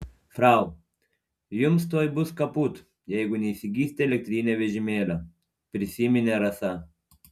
frau jums tuoj bus kaput jeigu neįsigysite elektrinio vežimėlio prisiminė rasa